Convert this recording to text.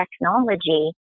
technology